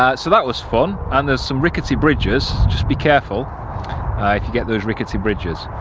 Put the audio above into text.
ah so that was fun and there's some rickety bridges just be careful if you get those rickety bridges.